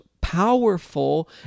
powerful